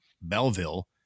Belleville